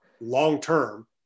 long-term